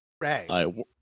Right